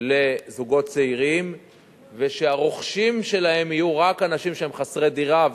לזוגות צעירים ושהרוכשים שלהן יהיו רק אנשים שהם חסרי דירה,